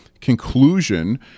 conclusion